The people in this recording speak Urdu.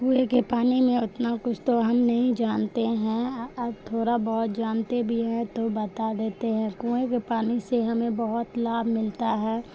کنویں کے پانی میں اتنا کچھ تو ہم نہیں جانتے ہیں اور تھورا بہت جانتے بھی ہیں تو بتا دیتے ہیں کنویں کے پانی سے ہمیں بہت لاب ملتا ہے